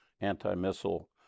anti-missile